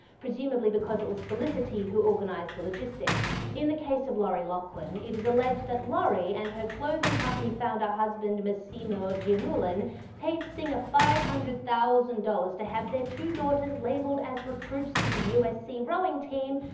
presumably because it was felicity who organised the logistics. in the case of lori loughlin, it is alleged that lori and her clothing company founder husband mossimo giannullin paid singer five hundred thousand dollars to have their two daughters labelled as recruits to the rowing team